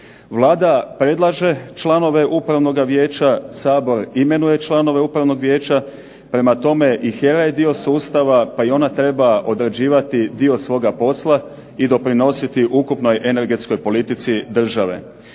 Vlada predlaže članove Upravnoga vijeća, Sabor imenuje članove Upravnoga vijeća, prema tome i HERA je dio sustava i ona treba obavljati svoj dio posla i doprinositi ukupnoj energetskoj politici države.